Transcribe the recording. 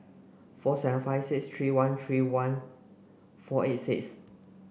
four seven five six three one three one four eight six